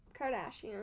Kardashian